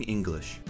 English 。